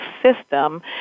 system